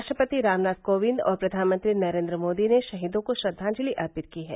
राष्ट्रपति रामनाथ कोविंद ने और प्रधानमंत्री नरेन्द्र मोदी ने शहीदों को श्रद्वांजलि अर्पित की है